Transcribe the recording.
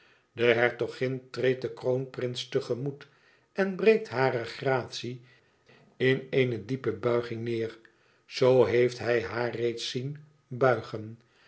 de hertogin treedt den kroonprins tegemoet en breekt hare gratie in eene diepe buiging neêr zoo heeft hij haar reeds zien buigen